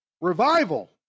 Revival